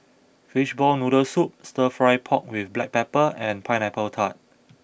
Fishball Noodle Soup Stir Fry Pork with Black Pepper and Pineapple Tart